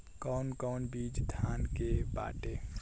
कौन कौन बिज धान के बाटे?